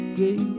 day